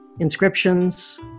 inscriptions